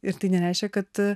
ir tai nereiškia kad